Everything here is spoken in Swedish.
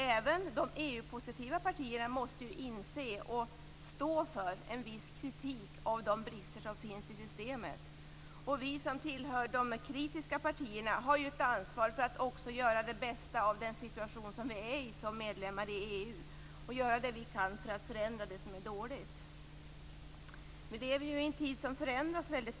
Även de EU-positiva partierna måste inse och stå för en viss kritik av de brister som finns i systemet. Vi som tillhör de kritiska partierna har ett ansvar för att också göra det bästa av den situation landet befinner sig i som medlem i EU och göra det vi kan för att förändra det som är dåligt. Vi befinner oss i en föränderlig tid.